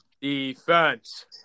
Defense